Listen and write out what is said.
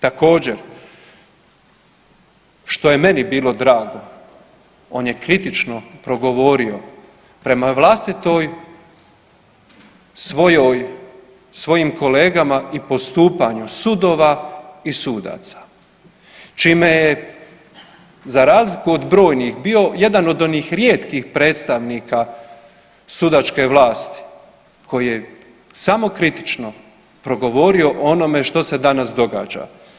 Također, što je meni bilo drago on je kritično progovorio prema vlastitoj svojoj, svojim kolegama i postupanju sudova i sudaca čime je za razliku od brojnih bio jedan od onih rijetkih predstavnika sudačke vlasti koji je samokritično progovorio o onome što se danas događa.